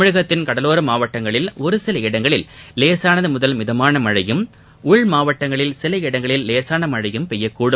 தமிழகத்தின் கடலோர மாவட்டங்களில் ஒருசில இடங்களில் லேசானது முதல் மிதமான மழையும் உள்மாவட்டங்களில் சில இடங்களில் லேசான மனழயும் பெய்யக்கூடும்